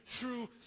true